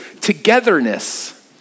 togetherness